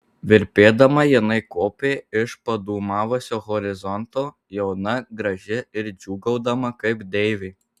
virpėdama jinai kopė iš padūmavusio horizonto jauna graži ir džiūgaudama kaip deivė